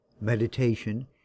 meditation